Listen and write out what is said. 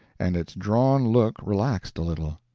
and its drawn look relaxed a little.